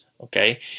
Okay